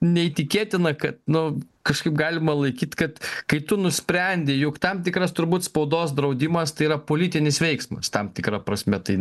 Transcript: neįtikėtina kad nu kažkaip galima laikyt kad kai tu nusprendei jog tam tikras turbūt spaudos draudimas tai yra politinis veiksmas tam tikra prasme tai